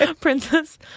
Princess